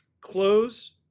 Close